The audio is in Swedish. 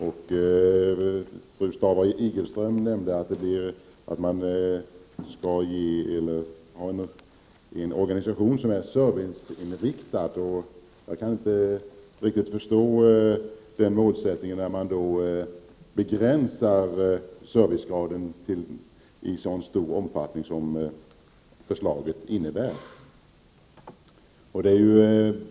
Fru Staaf-Igelström nämnde att man skall ha en organisation som är serviceinriktad. Jag kan inte riktigt förstå den målsättningen, när man begränsar servicegraden i så stor omfattning som förslaget innebär.